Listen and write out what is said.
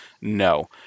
no